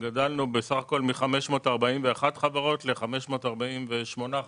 גדלנו בסך הכול מ-541 חברות ל-548 חברות.